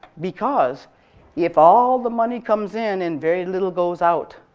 because if all the money comes in and very little goes out,